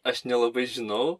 aš nelabai žinau